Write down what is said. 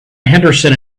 henderson